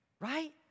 right